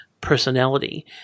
personality